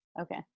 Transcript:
Okay